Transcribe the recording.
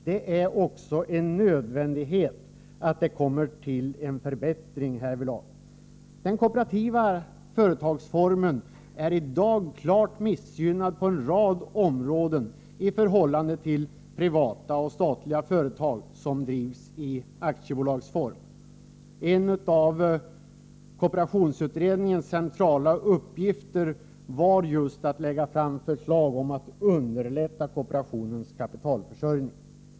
Det är också en nödvändighet att det kommer till en förbättring härvidlag. Den kooperativa företagsformen är i dag klart missgynnad på en rad områden i förhållande till privata och statliga företag som drivs i aktiebolagsform. En av kooperationsutredningens centrala uppgifter var just att lägga fram förslag om att man skall underlätta kooperationens kapitalförsörjning.